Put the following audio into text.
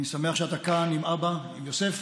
אני שמח שאתה כאן עם אבא, עם יוסף.